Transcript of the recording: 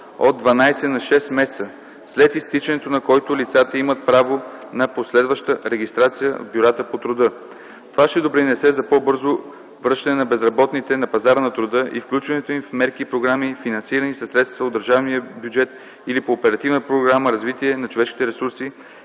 от 12 на 6 месеца, след изтичането на който лицата имат право на последваща регистрация в бюрата по труда. Това ще допринесе за по-бързото връщане на безработните на пазара на труда и включването им в мерки и програми, финансирани със средства от държавния бюджет или по Оперативна програма „Развитие на човешките ресурси”,